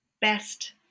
best